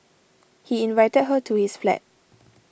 he invited her to his flat